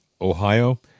Ohio